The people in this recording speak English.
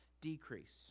decrease